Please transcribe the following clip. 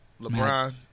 LeBron